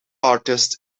artist